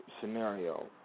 scenario